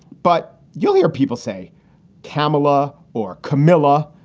but you'll hear people say kamela or carmilla,